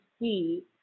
see